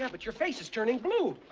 ah but your face is turning blue!